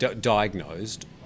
diagnosed